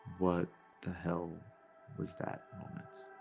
what the hell was that? moments.